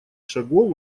шагов